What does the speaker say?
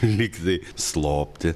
lygtai slopti